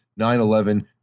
9-11